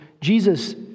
Jesus